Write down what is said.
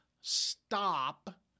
stop